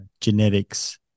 genetics